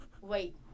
wait